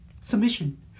submission